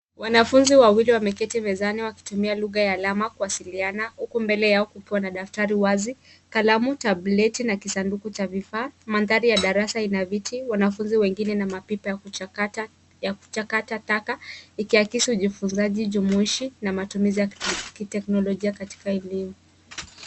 Wanafunzi wawili wameketi mezani wakitumia lugha ya alama kuwasiliana, huku mbele yao kikiwa na daftari wazi, kalamu, tableti na kisanduku cha vifaa. Mandhari ya darasa ina viti, wanafunzi wengine na mapipa ya kuchakata taka, ikiakisi ujifunzaji jumuishi na matumizi ya kiteknolojia katika elimu.